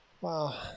wow